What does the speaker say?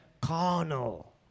carnal